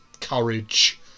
courage